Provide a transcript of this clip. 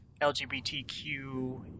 LGBTQ